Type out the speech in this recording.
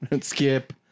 Skip